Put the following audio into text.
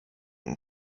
and